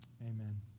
amen